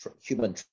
human